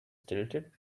tilted